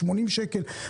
80 שקל,